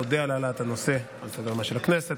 אודה על העלאת הנושא על סדר-יומה של הכנסת.